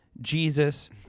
Jesus